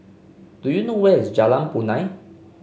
do you know where is Jalan Punai